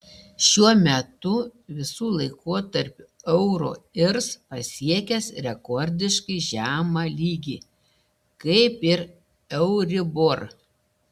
šiuo metu visų laikotarpių euro irs pasiekęs rekordiškai žemą lygį kaip ir euribor